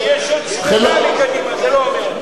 יש עוד שמונה מקדימה, זה לא אומר.